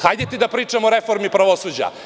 Hajde da pričamo o reformi pravosuđa.